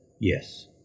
yes